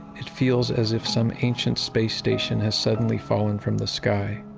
it feels as if some ancient space station has suddenly fallen from the sky.